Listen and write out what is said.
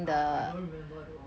I I don't remember though